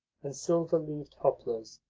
and silver-leaved poplars,